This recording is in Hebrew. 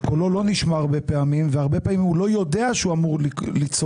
שקולו לא נשמע הרבה פעמים והרבה פעמים הוא לא יודע שהוא אמור לצעוק,